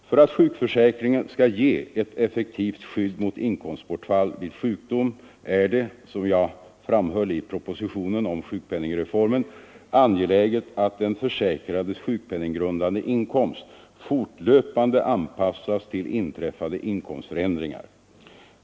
För att sjukförsäkringen skall ge ett effektivt skydd mot inkomstbortfall vid sjukdom är det — som jag framhöll i propositionen om sjukpenningreformen — angeläget att den försäkrades sjukpenninggrundande inkomst fortlöpande anpassas till inträffade inkomstförändringar.